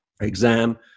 exam